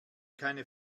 keine